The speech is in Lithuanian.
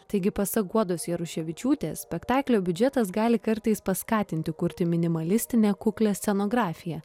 taigi pasak guodos jaruševičiūtės spektaklio biudžetas gali kartais paskatinti kurti minimalistinę kuklią scenografiją